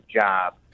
job